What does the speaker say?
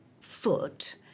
foot